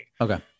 Okay